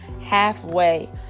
halfway